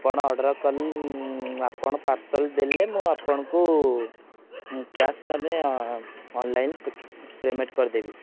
ଆପଣ ଅର୍ଡ଼ର୍ ଆପଣ ପାର୍ସଲ୍ ଦେଲେ ମୁଁ ଆପଣଙ୍କୁ କ୍ୟାସ୍ ନହେଲେ ଅନଲାଇନ୍ ପେମେଣ୍ଟ୍ କରିଦେବି